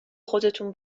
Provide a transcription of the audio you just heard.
خودتون